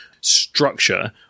structure